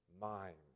mind